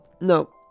No